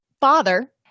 father